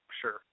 sure